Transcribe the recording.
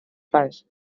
fans